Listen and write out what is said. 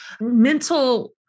Mental